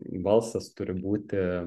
balsas turi būti